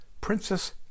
Princess